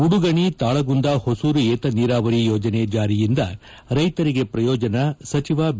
ಉಡುಗಣಿ ತಾಳಗುಂದ ಹೊಸೂರು ವಿತನೀರಾವರಿ ಯೋಜನೆ ಜಾರಿಯಿಂದ ರೈಸರಿಗೆ ಪ್ರಯೋಜನ ಸಚಿವ ಬಿ